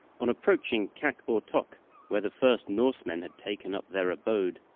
on approaching kak-ortok, where the first norseman had taken up their abode,